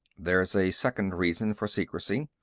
there's a second reason for secrecy.